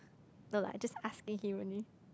no lah just asking him only